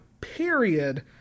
period